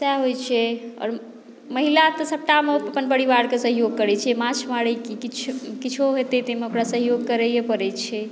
सएह होइत छै आओर महिला तऽ सभटामे अपन परिवारमे सहयोग करैत छै माछ मारय आ कि किछु किछो हेतय ओहिमे ओकरा सहयोग करैए पड़ैत छै